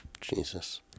Jesus